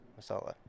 masala